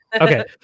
okay